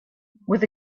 with